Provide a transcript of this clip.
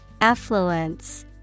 Affluence